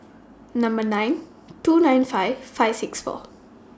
Number nine two nine five five six four